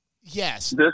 yes